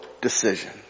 decision